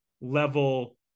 level